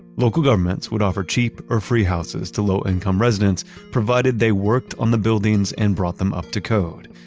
local governments would offer cheap or free houses to low income residents provided they worked on the buildings and brought them up to code.